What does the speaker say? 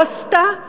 לא עשתה?